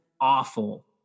awful